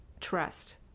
Trust